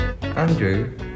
Andrew